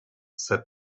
said